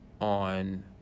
on